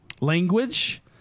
language